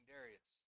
Darius